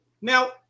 now